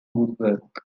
woodwork